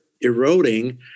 eroding